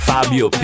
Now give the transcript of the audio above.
Fabio